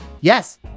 Yes